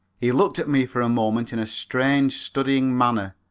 he looked at me for a moment in a strange, studying manner,